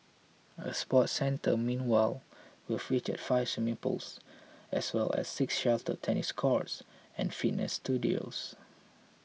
a sports centre meanwhile will feature five swimming pools as well as six sheltered tennis courts and fitness studios